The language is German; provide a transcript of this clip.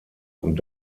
und